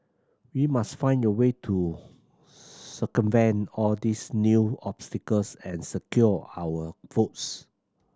we must find a way to circumvent all these new obstacles and secure our votes